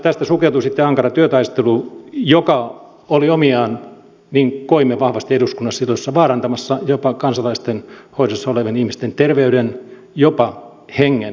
tästä sukeutui sitten ankara työtaistelu joka oli omiaan niin koimme vahvasti silloisessa eduskunnassa vaarantamaan jopa kansalaisten hoidossa olevien ihmisten terveyden jopa hengen